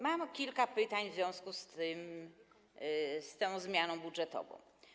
Mam kilka pytań w związku z tą zmianą budżetową.